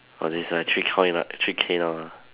oh then it's like three coin lah three K now